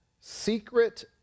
secret